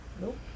Nope